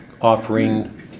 offering